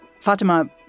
Fatima